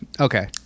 Okay